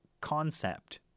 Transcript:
concept